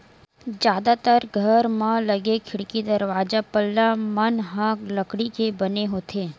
जादातर घर म लगे खिड़की, दरवाजा, पल्ला मन ह लकड़ी के बने होथे